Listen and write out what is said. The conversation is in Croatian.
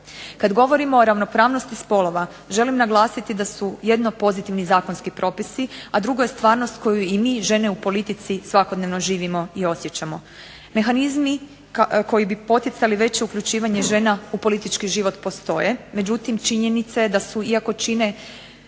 Kada govorimo o ravnopravnosti spolova, želim naglasiti da su jedno pozitivni zakonski propisi, a drugo je stvarnost koju i mi žene u politici svakodnevno živimo i osjećamo. Mehanizmi koji bi poticali veće uključivanje žena u politički život postoje. Međutim, činjenica je da su iako čine